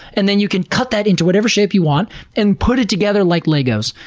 and then you can cut that into whatever shape you want and put it together like legos.